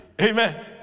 amen